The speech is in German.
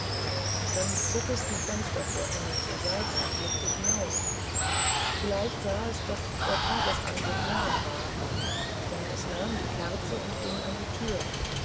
dann zog es die fenstervorhänge zur seite und blickte hinaus vielleicht sah es daß tagesanbruch nahe war denn es nahm die kerze und ging an die thür